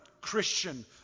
Christian